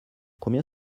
combien